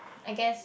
I guess